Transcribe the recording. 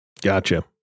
Gotcha